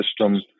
system